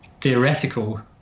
theoretical